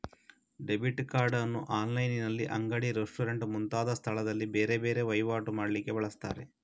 debit card ಅನ್ನು ಆನ್ಲೈನಿನಲ್ಲಿ, ಅಂಗಡಿ, ರೆಸ್ಟೋರೆಂಟ್ ಮುಂತಾದ ಸ್ಥಳದಲ್ಲಿ ಬೇರೆ ಬೇರೆ ವೈವಾಟು ಮಾಡ್ಲಿಕ್ಕೆ ಬಳಸ್ತಾರೆ